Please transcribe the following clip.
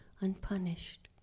unpunished